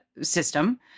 system